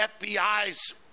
FBI's